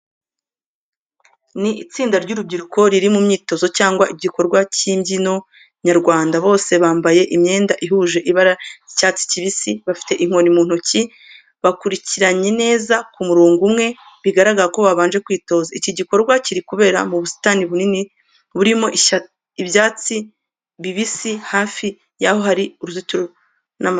Ni itsinda ry’urubyiruko riri mu myitozo cyangwa igikorwa cy’imbyino nyarwanda. Bose bambaye imyenda ihuje ibara ry’icyatsi kibisi. Bafite inkoni mu ntoki, bakurikiranye neza ku murongo umwe, bigaragara ko babanje kwitoza. Iki gikorwa kiri kubera mu busitani bunini burimo ibyatsi bibisi, hafi y'aho hari uruzitiro n’amazu.